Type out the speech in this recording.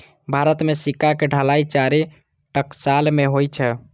भारत मे सिक्का के ढलाइ चारि टकसाल मे होइ छै